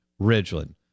Ridgeland